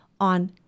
on